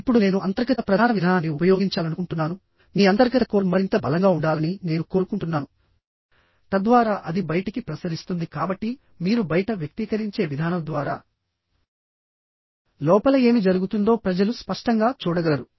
ఇప్పుడు నేను అంతర్గత ప్రధాన విధానాన్ని ఉపయోగించాలనుకుంటున్నాను మీ అంతర్గత కోర్ మరింత బలంగా ఉండాలని నేను కోరుకుంటున్నాను తద్వారా అది బయటికి ప్రసరిస్తుంది కాబట్టి మీరు బయట వ్యక్తీకరించే విధానం ద్వారా లోపల ఏమి జరుగుతుందో ప్రజలు స్పష్టంగా చూడగలరు